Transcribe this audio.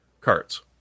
cards